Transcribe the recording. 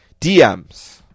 DMs